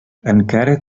encara